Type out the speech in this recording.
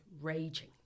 raging